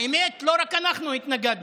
האמת, לא רק אנחנו התנגדנו,